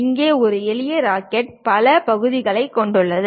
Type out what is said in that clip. இங்கே ஒரு எளிய ராக்கெட் பல பகுதிகளைக் கொண்டுள்ளது